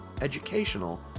educational